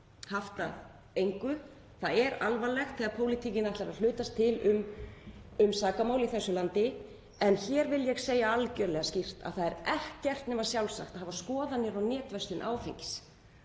haft að engu. Það er alvarlegt þegar pólitíkin ætlar að hlutast til um sakamál í þessu landi. En hér vil ég segja algjörlega skýrt að það er ekkert nema sjálfsagt að hafa skoðanir á netverslun áfengis.